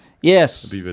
Yes